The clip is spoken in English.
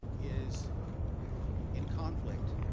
is in conflict,